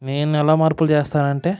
నేను ఎలా మార్పులు చేస్తాను అంటే